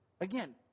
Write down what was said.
Again